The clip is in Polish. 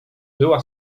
była